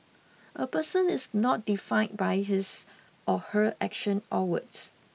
a person is not defined by his or her action or words